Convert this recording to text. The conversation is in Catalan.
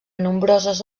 nombroses